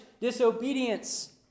disobedience